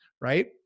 right